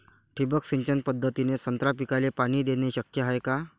ठिबक सिंचन पद्धतीने संत्रा पिकाले पाणी देणे शक्य हाये का?